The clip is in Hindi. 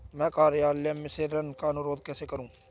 मैं कार्यालय से ऋण का अनुरोध कैसे करूँ?